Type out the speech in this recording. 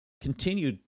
continued